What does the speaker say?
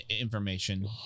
information